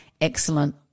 excellent